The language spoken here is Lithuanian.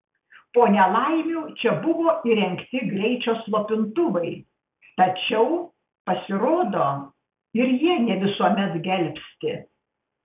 po nelaimių čia buvo įrengti greičio slopintuvai tačiau pasirodo ir jie ne visuomet gelbsti